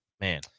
Man